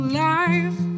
life